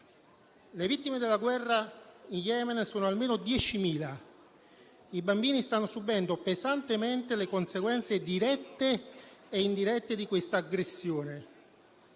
Le vittime della guerra in Yemen sono almeno 10.000. I bambini stanno subendo pesantemente le conseguenze dirette e indirette di questa aggressione.